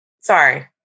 Sorry